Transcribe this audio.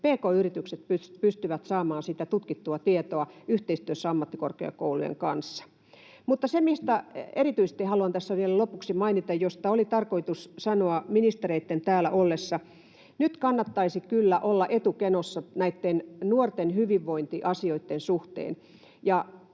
myös pk-yritykset pystyvät saamaan sitä tutkittua tietoa yhteistyössä ammattikorkeakoulujen kanssa. Mutta siitä erityisesti haluan tässä vielä lopuksi mainita — josta oli tarkoitus sanoa ministereitten täällä ollessa — että nyt kannattaisi kyllä olla etukenossa näitten nuorten hyvinvointiasioitten suhteen.